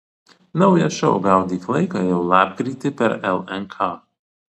naujas šou gaudyk laiką jau lapkritį per lnk